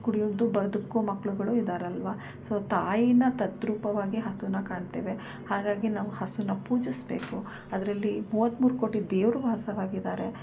ಕುಡಿಯೋದು ಬದುಕೋ ಮಕ್ಕಳುಗಳು ಇದ್ದಾರಲ್ವಾ ಸೊ ತಾಯಿನ ತದ್ರೂಪವಾಗಿ ಹಸುವನ್ನ ಕಾಣ್ತೇವೆ ಹಾಗಾಗಿ ನಾವು ಹಸುವನ್ನ ಪೂಜಿಸ್ಬೇಕು ಅದರಲ್ಲಿ ಮೂವತ್ತ್ಮೂರು ಕೋಟಿ ದೇವರು ವಾಸವಾಗಿದ್ದಾರೆ